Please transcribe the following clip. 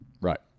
Right